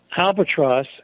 Albatross